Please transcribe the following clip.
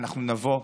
אנחנו נבוא,